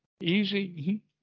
Easy